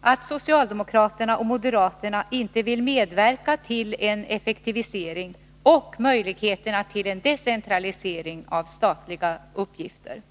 att socialdemokraterna och moderaterna inte vill medverka till en effektivisering och till att möjliggöra en decentralisering av statliga uppgifter.